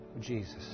Jesus